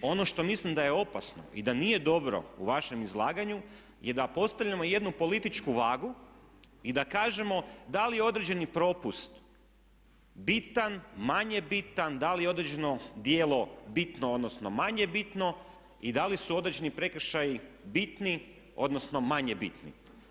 Ono što mislim da je opasno i da nije dobro u vašem izlaganju je da postavljamo jednu političku vagu i da kažemo da li određeni propust bitan, manje bitan da li je određeno djelo bitno, odnosno manje bitno i da li su određeni prekršaji bitni odnosno manje bitni.